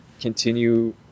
continue